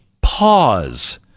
pause